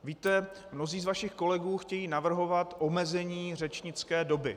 Víte, mnozí z vašich kolegů chtějí navrhovat omezení řečnické doby.